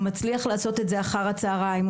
הוא מצליח לעשות את זה אחר הצוהריים,